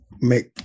make